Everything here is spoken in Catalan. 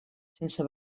sense